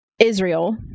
Israel